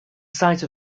site